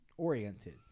oriented